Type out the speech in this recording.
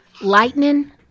Lightning